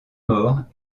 morts